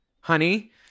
honey